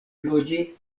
loĝi